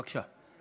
בבקשה.